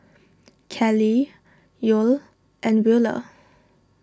Kellie Yoel and Wheeler